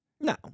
No